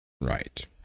Right